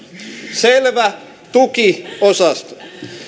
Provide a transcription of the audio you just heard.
selvä tukiosasto